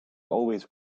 always